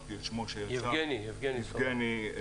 יבגני,